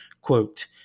Quote